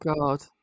God